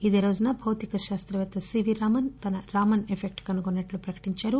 ఇదే రోజున భౌతిక శాస్తపేత్త సీవీ రామన్ రామన్ ఎఫెక్ట్ కనుగొన్నట్లు ప్రకటించారు